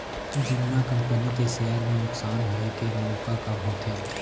जुन्ना कंपनी के सेयर म नुकसान होए के मउका कम होथे